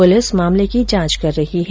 police मामले की जांच कर रही है